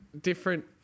different